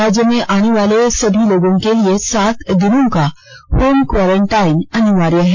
राज्य में आने वाले सभी लोगों के लिए सात दिनों का होम क्वारंटीन अनिवार्य है